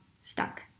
stuck